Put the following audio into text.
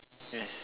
yes